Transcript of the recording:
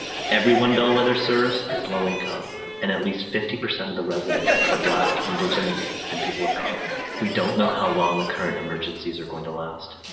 everyone bellwether serves is low income and at least fifty percent of the residents are black, indigenous, and people of color. we don't know how long the current emergencies are going to last.